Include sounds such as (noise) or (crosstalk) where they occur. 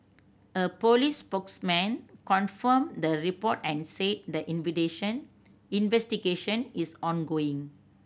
a police spokesman confirmed the report and said the (unintelligible) investigation is ongoing